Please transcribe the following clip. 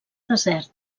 desert